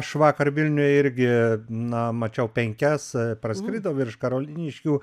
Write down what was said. aš vakar vilniuje irgi na mačiau penkias praskrido virš karoliniškių